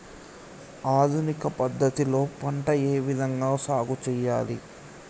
ఆధునిక పద్ధతి లో పంట ఏ విధంగా సాగు చేయాలి?